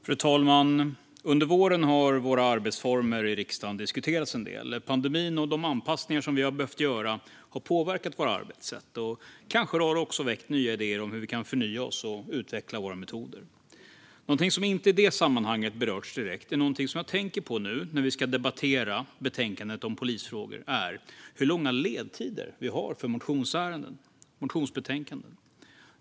Fru talman! Under våren har våra arbetsformer i riksdagen diskuterats en del. Pandemin och de anpassningar vi har behövt göra har påverkat våra arbetssätt, och kanske har det också väckt nya idéer om hur vi kan förnya oss och utveckla våra metoder. Något som inte berörts direkt i det sammanhanget och som jag tänker på nu när vi ska debattera betänkandet om polisfrågor är hur långa ledtider vi har för motionsbetänkanden.